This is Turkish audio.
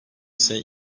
ise